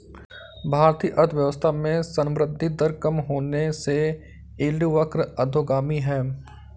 भारतीय अर्थव्यवस्था में संवृद्धि दर कम होने से यील्ड वक्र अधोगामी है